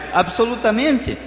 absolutamente